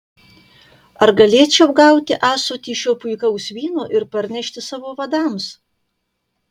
ar galėčiau gauti ąsotį šio puikaus vyno ir parnešti savo vadams